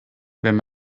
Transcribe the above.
wenn